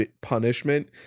punishment